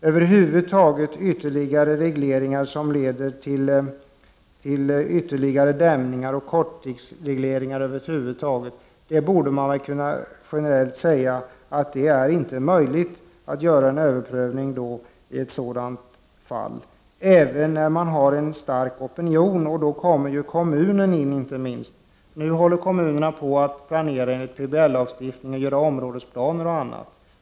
Över huvud taget borde man kunna säga generellt att det inte är möjligt att göra en överprövning i fall där det är fråga om regleringar som leder till ytterligare dämningar eller korttidsregleringar över huvud taget — även när man har en stark opinion. Då kommer ju inte minst kommunen in. För närvarande håller ju kommunerna på att planera enligt TBL och göra upp områdesplaner och annat.